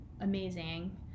amazing